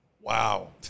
wow